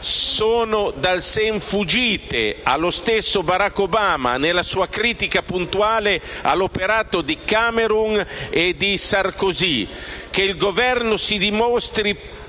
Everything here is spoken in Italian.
sono «dal sen fuggite» allo stesso Barack Obama, nella sua critica puntuale all'operato di Cameron e di Sarkozy.